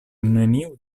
neniu